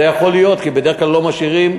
זה יכול להיות, כי בדרך כלל לא משאירים,